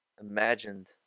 imagined